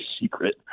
secret